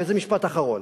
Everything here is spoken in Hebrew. זה משפט אחרון,